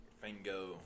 Fango